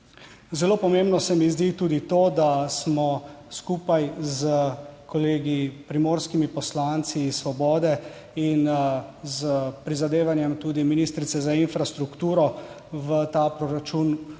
Zelo pomembno se mi zdi tudi to, da smo skupaj s kolegi primorskimi poslanci Svobode in s prizadevanjem tudi ministrice za infrastrukturo v ta proračun